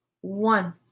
one